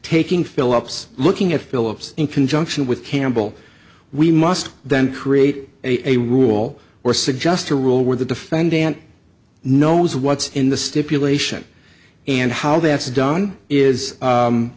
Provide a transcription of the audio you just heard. taking philip's looking at philips in conjunction with campbell we must then create a rule or suggest a rule where the defendant knows what's in the stipulation and how that's done is